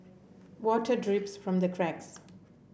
water drips from the cracks